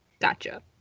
Gotcha